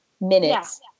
minutes